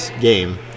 game